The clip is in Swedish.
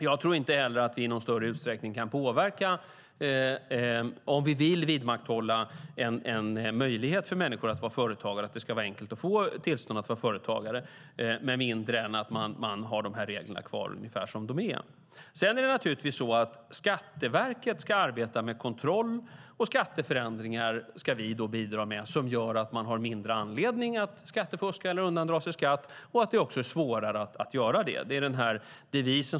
Jag tror inte heller att vi i någon större utsträckning kan påverka, om vi vill vidmakthålla en möjlighet för människor att vara företagare och att det ska vara enkelt att få tillstånd att vara företagare, med mindre än att man har de här reglerna kvar ungefär som de är. Skatteverket ska arbeta med kontroll, och skatteförändringar ska vi bidra med som gör att man har mindre anledning att skattefuska eller undandra sig skatt och att det ska vara svårare att göra det.